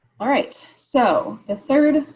alright, so the third